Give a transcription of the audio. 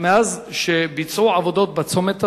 מאז שביצעו עבודות בצומת הזה,